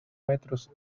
metros